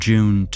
June